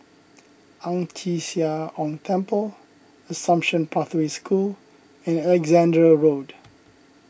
Ang Chee Sia Ong Temple Assumption Pathway School and Alexandra Road